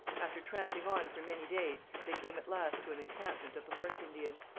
after tramping on for many days they came at last to an encampment of the horse indians.